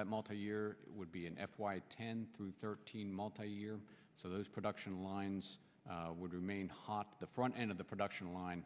that multi year would be in f y ten through thirteen multi year so those production lines would remain hot the front end of the production line